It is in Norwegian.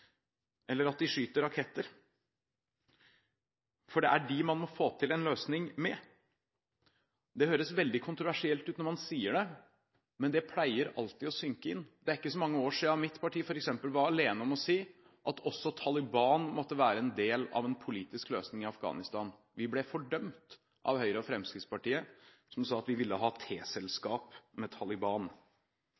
eller at de skyter raketter. Det er nemlig dem man må få til en løsning med. Det høres veldig kontroversielt når man sier det, men det pleier alltid å synke inn. Det er ikke mange år siden mitt parti f.eks. var alene om å si at også Taliban måtte være en del av en politisk løsning i Afghanistan. Vi ble fordømt av Høyre og Fremskrittspartiet, som sa at vi ville ha